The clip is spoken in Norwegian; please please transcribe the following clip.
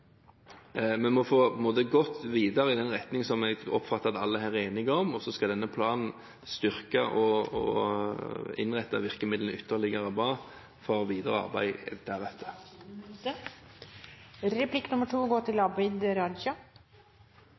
videre i den retningen som jeg oppfatter at alle her er enige om, og så skal denne planen styrke og innrette virkemidlene enda bedre for videre arbeid deretter. Jeg har bare et spørsmål til statsråden knyttet til nasjonalt stamnett nummer to.